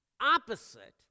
opposite